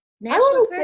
national